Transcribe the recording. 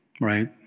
right